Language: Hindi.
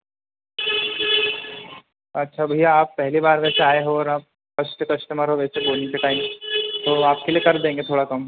अच्छा भैया आप पहली बार वैसे आए हो और आप फर्स्ट कस्टमर हो वैसे बोहनी का टाइम तो आपके लिए कर देंगे थोड़ा कम